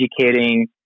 educating